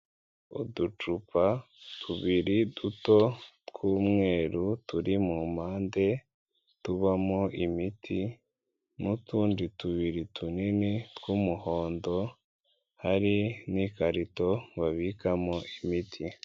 Uducupa tubiri duto tw'umweru turi mu mpande tubamo imiti n'utundi tubiri tunini tw'umuhondo hari n'ikarito babikamo imiti.